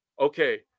okay